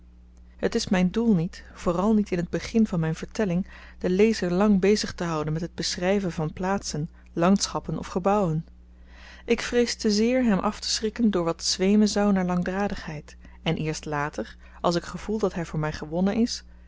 het is myn doel niet vooral niet in het begin van myn vertelling den lezer lang bezig te houden met het beschryven van plaatsen landschappen of gebouwen ik vrees te zeer hem afteschrikken door wat zweemen zou naar langdradigheid en eerst later als ik gevoel dat hy voor my gewonnen is